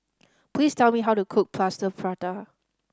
please tell me how to cook Plaster Prata